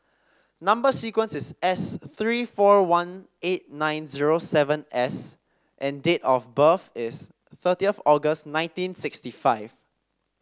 number sequence is S three four one eight nine zero seven S and date of birth is thirtieth August nineteen sixty five